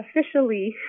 officially